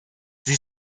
sie